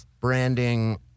branding